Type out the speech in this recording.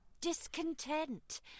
discontent